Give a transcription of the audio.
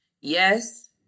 Yes